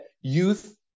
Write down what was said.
youth